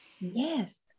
Yes